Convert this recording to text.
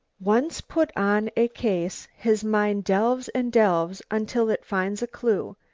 once put on a case his mind delves and delves until it finds a clue,